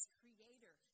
creator